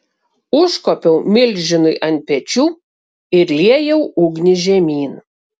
užkopiau milžinui ant pečių ir liejau ugnį žemyn